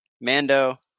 Mando